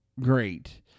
great